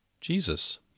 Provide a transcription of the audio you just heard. Jesus